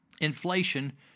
inflation